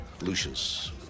Lucius